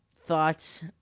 Thoughts